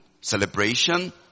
celebration